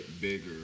bigger